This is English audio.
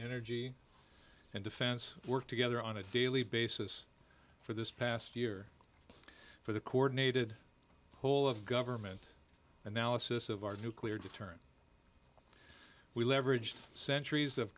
energy and defense work together on a daily basis for this past year for the coordinated whole of government analysis of our nuclear deterrent we leveraged centuries of